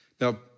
Now